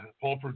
Paul